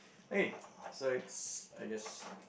eh so it's I guess